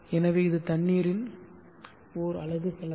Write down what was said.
எனவே இது தண்ணீரின் அலகு செலவு